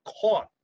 caught